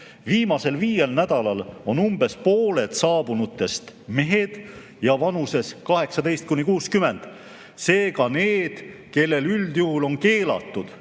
Viimasel viiel nädalal on umbes pooled saabunutest mehed vanuses 18–60, seega need, kellel üldjuhul on keelatud